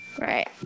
Right